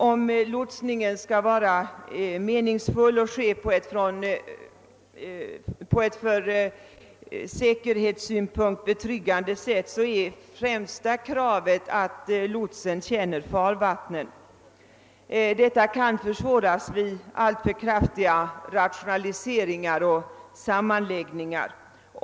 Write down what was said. Om lotsningen skall vara meningsfull och kunna utföras på ett från säkerhetssynpunkt betryggande sätt är det främsta kravet att lotsen känner farvattnen, vilket kan bli svårare för honom vid alltför kraftiga utvidgningar av lotsområdena.